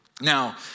Now